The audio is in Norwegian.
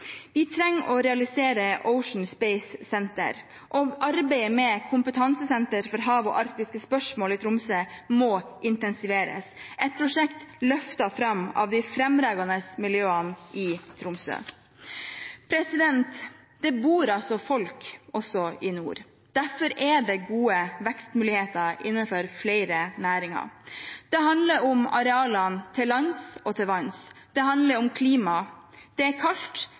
Vi trenger å realisere Ocean Space Centre, og arbeidet med kompetansesenter for hav og arktiske spørsmål i Tromsø må intensiveres – et prosjekt løftet fram av de fremragende miljøene i Tromsø. Det bor altså folk også i nord. Derfor er det gode vekstmuligheter innenfor flere næringer. Det handler om arealene til lands og til vanns. Det handler om klima. Det er kaldt,